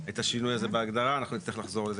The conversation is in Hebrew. השינוי הזה בהגדרה אנחנו נצטרך לחזור לזה,